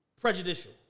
Prejudicial